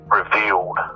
revealed